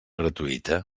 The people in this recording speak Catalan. gratuïta